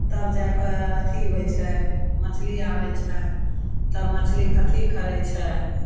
तब जा कऽ अथी होइ छै मछली आबय छै तब मछलीके अथी करय छै